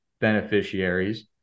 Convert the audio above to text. beneficiaries